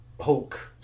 Hulk